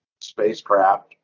spacecraft